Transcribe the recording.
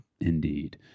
indeed